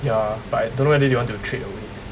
ya but I don't know whether they want to trade away